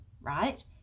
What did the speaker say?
right